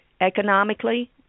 economically